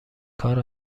کار